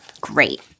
great